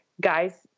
guys